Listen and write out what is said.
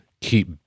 keep